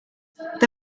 there